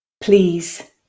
please